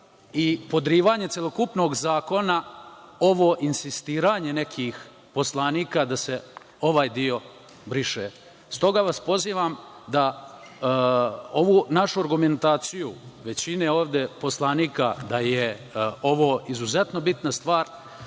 i podrivanje celokupnog zakona ovo insistiranje nekih poslanika da se ovaj dio briše. Stoga vas pozivam da ovu našu argumentaciju većine poslanika da je ovo izuzetno bitna stvar